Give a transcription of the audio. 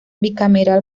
bicameral